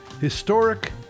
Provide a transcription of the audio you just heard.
historic